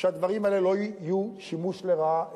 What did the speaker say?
שהדברים האלה לא יהיו שימוש לרעה,